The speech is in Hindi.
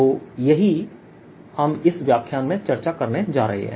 तो यही हम इस व्याख्यान में चर्चा करने जा रहे हैं